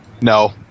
No